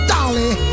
Dolly